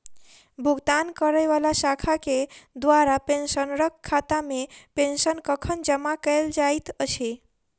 भुगतान करै वला शाखा केँ द्वारा पेंशनरक खातामे पेंशन कखन जमा कैल जाइत अछि